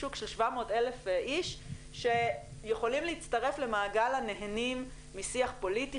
איש שיכולים להצטרף למעגל הנהנים משיח פוליטי,